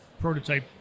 prototype